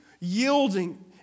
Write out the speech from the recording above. yielding